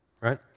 right